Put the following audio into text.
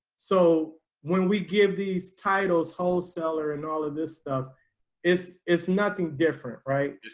so when we give these types wholesaler and all of this stuff is it's nothing different right?